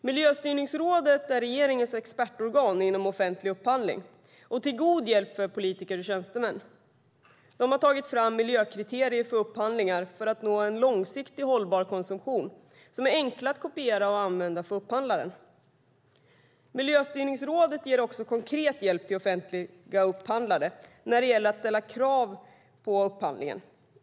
Miljöstyrningsrådet är regeringens expertorgan inom offentlig upphandling och till god hjälp för politiker och tjänstemän. De har tagit fram miljökriterier för upphandlingar, som är enkla att kopiera och använda för upphandlaren, för att nå en långsiktigt hållbar konsumtion. Miljöstyrningsrådet ger också konkret hjälp till offentliga upphandlare när det gäller att ställa krav på upphandlingen.